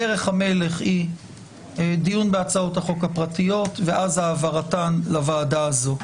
דרך המלך היא דיון בהצעות החוק הפרטיות ואז העברתן לוועדה הזאת.